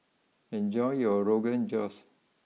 enjoy your Rogan Josh